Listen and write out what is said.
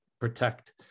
protect